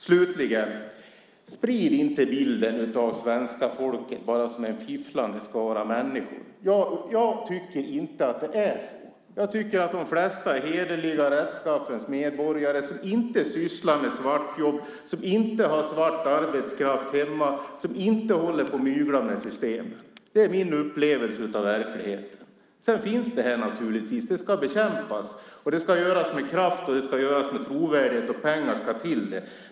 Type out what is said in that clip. Slutligen: Sprid inte bilden av svenska folket som en fifflande skara människor! Jag tycker inte att det är så. Jag tycker att de flesta är hederliga, rättskaffens medborgare som inte sysslar med svartjobb, som inte har svart arbetskraft hemma och som inte håller på och myglar med systemet. Det är min upplevelse av verkligheten. Sedan finns naturligtvis detta. Det ska bekämpas, och det ska göras med kraft och med trovärdighet, och pengar ska till.